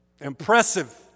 Impressive